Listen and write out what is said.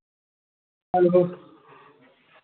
hello